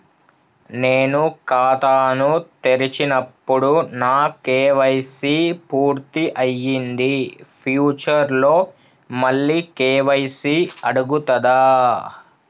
నేను ఖాతాను తెరిచినప్పుడు నా కే.వై.సీ పూర్తి అయ్యింది ఫ్యూచర్ లో మళ్ళీ కే.వై.సీ అడుగుతదా?